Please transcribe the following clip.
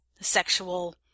sexual